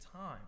time